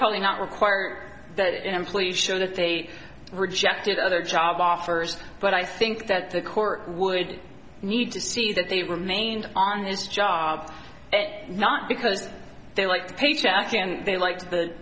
probably not require that employees show that they rejected other job offers but i think that the court would need to see that they remain on his job not because they like the paycheck and they like the